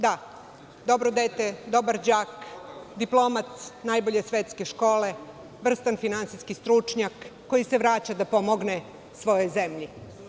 Da, dobro dete, dobar đak, diplomac najbolje svetske škole, vrstan finansijski stručnjak, koji se vraća da pomogne svojoj zemlji.